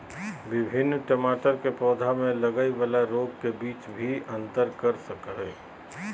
विभिन्न टमाटर के पौधा में लगय वाला रोग के बीच भी अंतर कर सकय हइ